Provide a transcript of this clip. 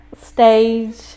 stage